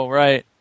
right